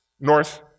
North